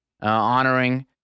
honoring